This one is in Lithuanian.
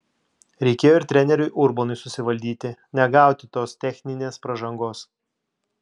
reikėjo ir treneriui urbonui susivaldyti negauti tos techninės pražangos